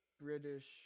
British